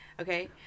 Okay